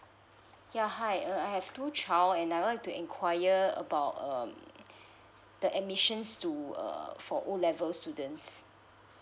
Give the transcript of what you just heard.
ya hi um I have two child and I want to inquire about um the admissions to uh for O level students